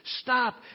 Stop